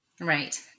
Right